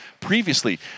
previously